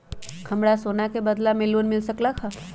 हमरा सोना के बदला में लोन मिल सकलक ह?